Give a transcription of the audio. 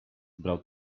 brał